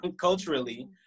culturally